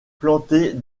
planter